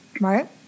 right